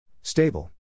Stable